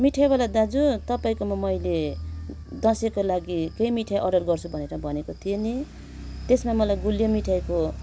मिठाईवाला दाजु तपाईँकोमा मैले दसैँको लागि केही मिठाई अर्डर गर्छु भनेर भनेको थिएँ नि त्यसमा मलाई गुलियो मिठाईको